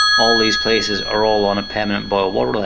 all these places are all on a permanent boil water alert.